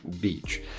Beach